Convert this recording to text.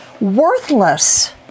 worthless